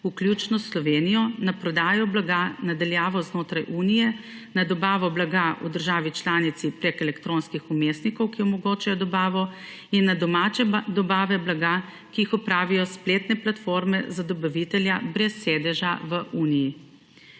vključno s Slovenijo, na prodajo blaga na daljavo znotraj Unije, na dobavo blaga v državi članici preko elektronskih vmesnikov, ki omogočajo dobavo, in na domače dobave blaga, ki jih opravijo spletne platforme za dobavitelja brez sedeža v Uniji;